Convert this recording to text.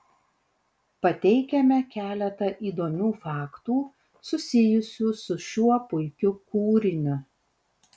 pateikiame keletą įdomių faktų susijusių su šiuo puikiu kūriniu